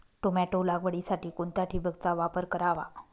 Tomato लागवडीसाठी कोणत्या ठिबकचा वापर करावा?